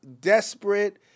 desperate